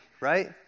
right